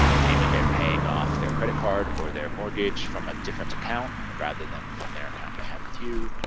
and maybe they're paying off their credit card or their mortgage from a different account, rather than from their account they have with you.